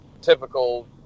typical